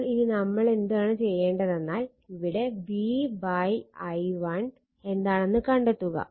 അപ്പോൾ ഇനി നമ്മളെന്താണ് ചെയ്യേണ്ടതെന്നാൽ ഇവിടെ v i1 എന്താണെന്ന് കണ്ടെത്തുക